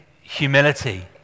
humility